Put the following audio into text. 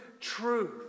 truth